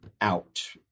out